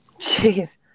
Jeez